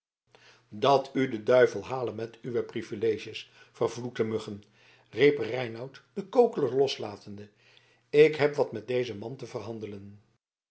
dat u de duivel hale met uwe privileges vervloekte muggen riep reinout den kokeler loslatende ik heb wat met dezen man te verhandelen